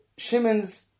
Shimon's